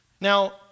Now